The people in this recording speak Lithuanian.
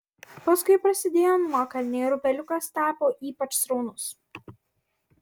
paskui prasidėjo nuokalnė ir upeliukas tapo ypač sraunus